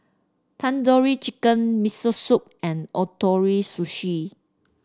Tandoori Chicken Miso Soup and Ootoro Sushi